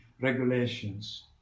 regulations